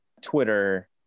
Twitter